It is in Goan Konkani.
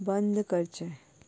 बंद करचें